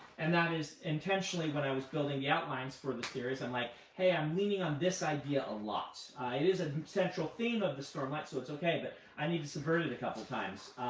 and that is intentionally when i was building the outlines for the series. i'm like, hey, i'm leaning on this idea a lot. it is a central theme of the stormlight, so it's okay, but i need to subvert it a couple times.